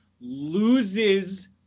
loses